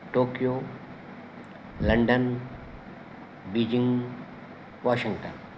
Tokyo London Beijing Washington